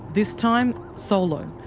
this time solo.